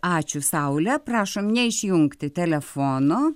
ačiū saule prašom neišjungti telefono